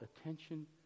attention